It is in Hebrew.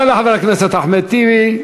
תודה לחבר הכנסת אחמד טיבי.